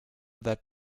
that